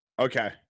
Okay